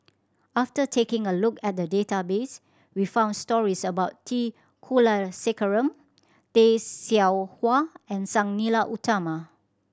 after taking a look at the database we found stories about T Kulasekaram Tay Seow Huah and Sang Nila Utama